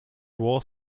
waugh